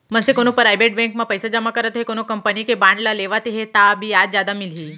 मनसे कोनो private bank म पइसा जमा करत हे कोनो कंपनी के बांड ल लेवत हे ता बियाज जादा मिलही